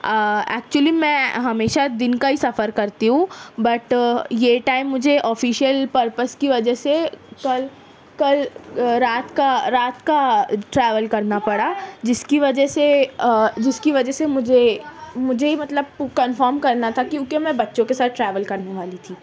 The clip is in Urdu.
ایکچولی میں ہمیشہ دن کا ہی سفر کرتی ہوں بٹ یہ ٹائم مجھے آفیشیل پرپز کی وجہ سے کل کل رات کا رات کا ٹریول کرنا پڑا جس کی وجہ سے جس کی وجہ سے مجھے مجھے ہی مطلب کنفرم کرنا تھا کیونکہ میں بچوں کے ساتھ ٹریول کرنے والی تھی